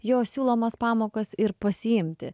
jo siūlomas pamokas ir pasiimti